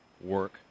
work